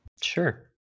Sure